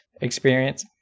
experience